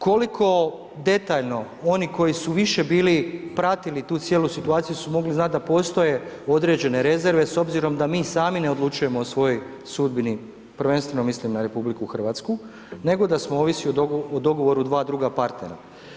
Koliko detaljno oni koji su više bili, pratili tu cijelu situaciju su mogli znati da postoje određene rezerve s obzirom da mi sami ne odlučujemo o svojoj sudbini, prvenstveno mislim na RH, nego da smo ovisi o dogovoru dva druga partnera.